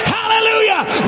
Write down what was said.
Hallelujah